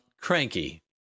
Cranky